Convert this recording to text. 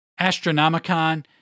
Astronomicon